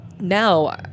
Now